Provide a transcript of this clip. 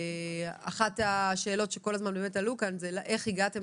אחת השאלות שכל הזמן עלתה כאן היא איך הגעתם